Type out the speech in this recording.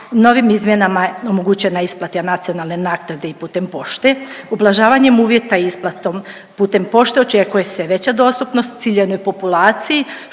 Novim izmjenama omogućena je isplata nacionalne naknade i putem pošte. Ublažavanjem uvjeta isplatom putem pošte očekuje se veća dostupnost ciljanoj populaciji